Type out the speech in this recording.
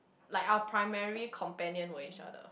like our primary companion were each other